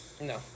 No